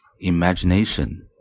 imagination